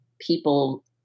people